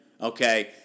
okay